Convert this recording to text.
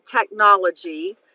Technology